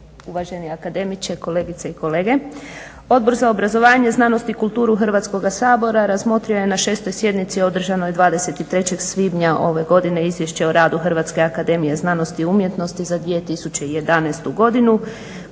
uvaženi akademiče, kolegice i kolege. Odbor za obrazovanje, znanost i kulturu Hrvatskoga sabora razmotrio je na 6. sjednici održanoj 23. svibnja ove godine Izvješće o radu Hrvatske akademije znanosti i umjetnosti za 2011. godinu